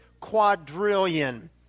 quadrillion